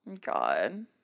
God